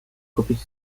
kupić